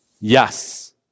Yes